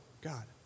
God